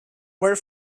were